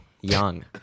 young